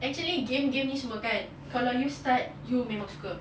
actually game game ni semua kan kalau you start you memang suka